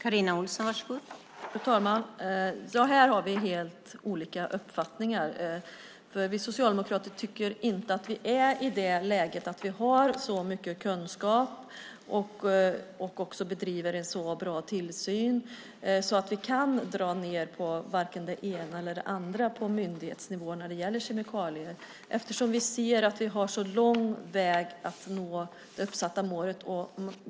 Fru talman! Här har vi helt olika uppfattning. Vi socialdemokrater tycker inte att vi är i det läget att vi har så mycket kunskap och bedriver så bra tillsyn att vi kan dra ned på vare sig det ena eller det andra på myndighetsnivå när det gäller kemikalier. Vi ser att vi har lång väg till det uppsatta målet.